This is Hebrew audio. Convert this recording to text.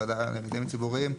הוועדה למיזמים ציבוריים,